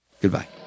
Goodbye